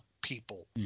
people